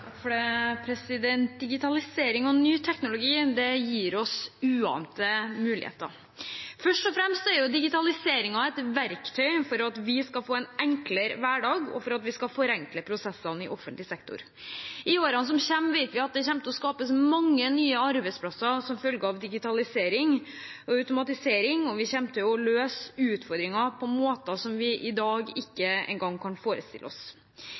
for at vi skal få en enklere hverdag, og for at vi skal forenkle prosessene i offentlig sektor. I årene som kommer, vet vi at det kommer til å skapes mange nye arbeidsplasser som følge av digitalisering og automatisering, og vi kommer til å løse utfordringer på måter som vi i dag ikke engang kan forestille oss.